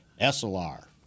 SLR